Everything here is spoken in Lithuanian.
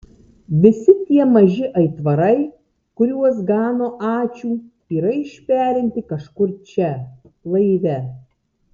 visi tie maži aitvarai kuriuos gano ačiū yra išperinti kažkur čia laive